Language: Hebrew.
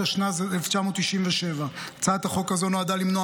התשנ"ז 1997. הצעת החוק הזו נועדה למנוע